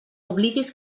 oblidis